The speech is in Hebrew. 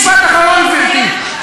משפט אחרון, גברתי.